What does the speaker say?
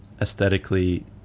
aesthetically